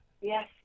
yes